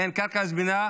אין קרקע זמינה לבנייה.